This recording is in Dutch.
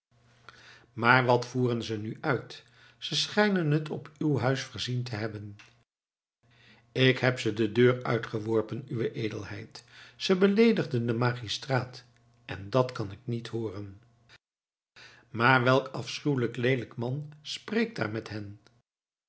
maar wat voeren ze nu uit ze schijnen het op uw huis verzien te hebben ik heb ze de deur uitgeworpen uwe edelheid ze beleedigden den magistraat en dat kan ik niet hooren maar welk afschuwlijk leelijk man spreekt daar met hen